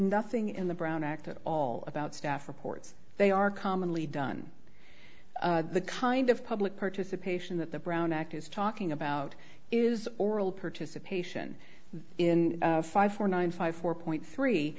nothing in the brown act at all about staff reports they are commonly done the kind of public participation that the brown act is talking about is oral participation in five four nine five four point three